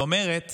היא אומרת